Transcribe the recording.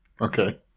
Okay